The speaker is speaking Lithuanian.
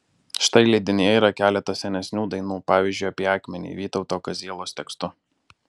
štai leidinyje yra keletas senesnių dainų pavyzdžiui apie akmenį vytauto kazielos tekstu